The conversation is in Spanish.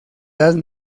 edad